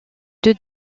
deux